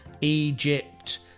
Egypt